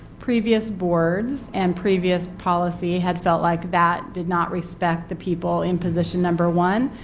previous boards and previous policy had felt like that did not respect the people in position number one.